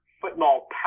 football